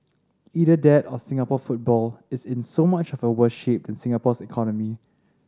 either that or Singapore football is in so much of a worse shape than Singapore's economy